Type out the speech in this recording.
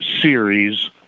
series